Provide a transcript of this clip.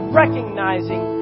recognizing